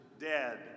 dead